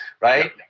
Right